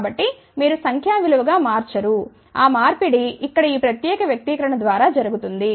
కాబట్టి మీరు సంఖ్యా విలువ గా మార్చరు ఆ మార్పిడి ఇక్కడ ఈ ప్రత్యేక వ్యక్తీకరణ ద్వారా జరుగుతుంది